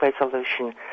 resolution